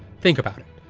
think about it.